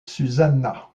susanna